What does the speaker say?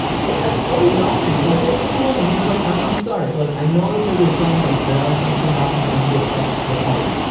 so overwhelming, okay? it's overwhelming and, look, i'm um sorry, look, i know that there were some, like, there are some shane dawson fans who accept the apology.